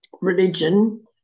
religion